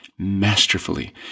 masterfully